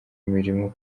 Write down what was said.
mirimo